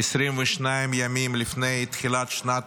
22 ימים לפני תחילת שנת